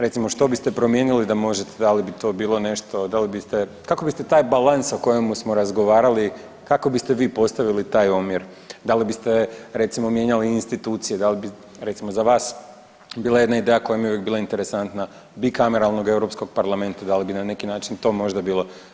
Recimo što biste promijenili da možete, da li bi to bilo nešto, da li biste, kako biste taj balans o kojemu smo razgovarali, kako biste vi postavili taj omjer, da li biste recimo mijenjali institucije, da li bi recimo za vas bila jedna ideja koja mi je uvijek bila interesantna bikameralnog europskog parlamenta, da li bi na neki način to možda bilo.